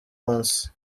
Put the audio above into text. once